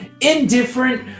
indifferent